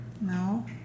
no